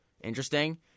Interesting